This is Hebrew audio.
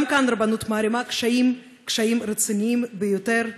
גם כאן הרבנות מערימה קשיים, קשיים רציניים ביותר,